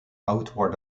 outward